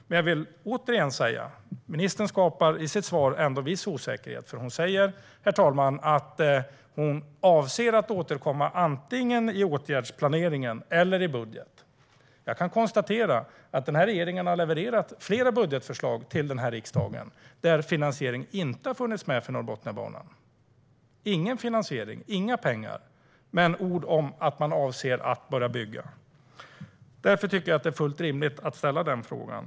Men jag vill återigen säga att ministern i sitt svar ändå skapar en viss osäkerhet, för hon säger att hon avser att återkomma antingen i åtgärdsplaneringen eller i budget. Jag kan konstatera att den här regeringen har levererat flera budgetförslag till den här riksdagen där finansiering för Norrbotniabanan inte har funnits med - ingen finansiering och inga pengar men ord om att man avser att börja bygga. Därför tycker jag att det är fullt rimligt att ställa den här frågan.